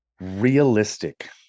realistic